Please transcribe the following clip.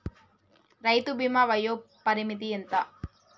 రైతు బీమా వయోపరిమితి ఎంత?